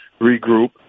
regroup